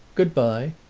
good-by,